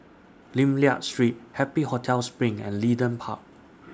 Lim Liak Street Happy Hotel SPRING and Leedon Park